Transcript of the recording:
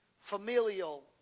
familial